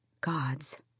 Gods